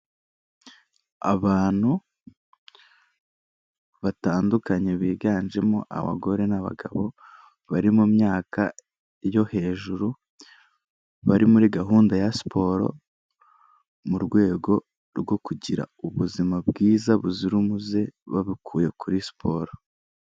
Abantu batandukanye biganjemo abagore n'abagabo bari mu myaka yo hejuru, bari muri gahunda ya siporo mu rwego rwo kugira ubuzima bwiza buzira umuze babukuye kuri siporo.